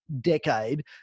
decade